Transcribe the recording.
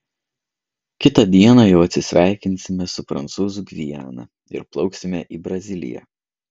kitą dieną jau atsisveikinsime su prancūzų gviana ir plauksime į braziliją